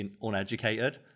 uneducated